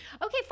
Okay